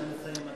נא לסיים.